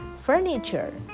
furniture